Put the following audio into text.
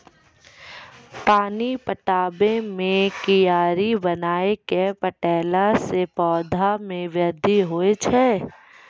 पानी पटाबै मे कियारी बनाय कै पठैला से पौधा मे बृद्धि होय छै?